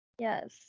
Yes